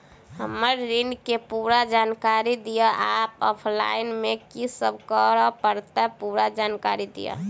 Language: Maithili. हम्मर ऋण केँ पूरा जानकारी दिय आ ऑफलाइन मे की सब करऽ पड़तै पूरा जानकारी दिय?